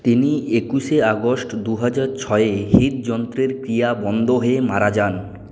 তিনি একুশে শে আগস্ট দু হাজার ছয়ে হৃদযন্ত্রের ক্রিয়া বন্ধ হয়ে মারা যান